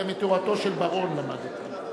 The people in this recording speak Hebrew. זה מתורתו של בר-און למדתי.